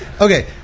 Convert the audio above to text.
okay